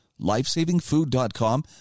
lifesavingfood.com